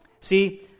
See